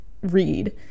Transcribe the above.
read